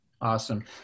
Awesome